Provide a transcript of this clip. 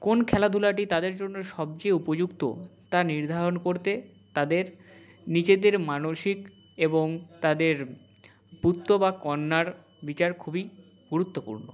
কোন খেলাধূলাটি তাদের জন্য সবচেয়ে উপযুক্ত তা নির্ধারণ করতে তাদের নিজেদের মানসিক এবং তাদের পুত্র বা কন্যার বিচার খুবই গুরুত্বপূর্ণ